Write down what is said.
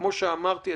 כמו שאמרתי,